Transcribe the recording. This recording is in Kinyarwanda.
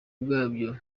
bwabyo